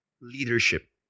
leadership